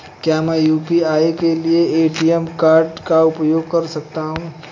क्या मैं यू.पी.आई के लिए ए.टी.एम कार्ड का उपयोग कर सकता हूँ?